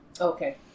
Okay